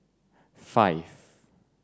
five